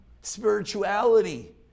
spirituality